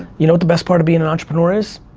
you know what the best part of being an entrepreneur is?